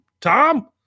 Tom